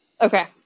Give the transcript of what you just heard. Okay